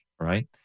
right